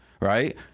right